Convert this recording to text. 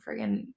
friggin